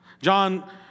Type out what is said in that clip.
John